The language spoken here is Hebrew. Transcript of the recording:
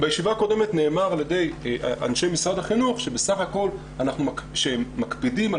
בישיבה הקודמת נאמר על ידי אנשי משרד החינוך שמקפידים על